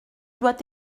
doit